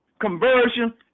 conversion